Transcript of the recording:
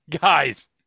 guys